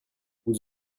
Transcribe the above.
vous